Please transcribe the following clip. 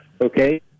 okay